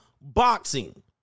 boxing